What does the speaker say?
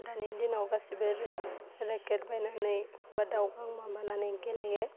दानि दिनाव गासिबो रिकेट बायनानै बा दावगां माबानानै गेलेयो